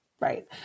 Right